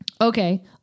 Okay